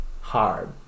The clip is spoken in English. hard